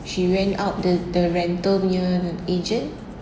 she rent out the the rental punya agent